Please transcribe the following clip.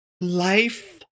life